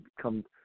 come